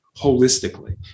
holistically